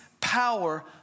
power